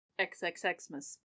XXXmas